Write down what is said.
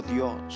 Dios